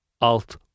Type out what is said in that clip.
alt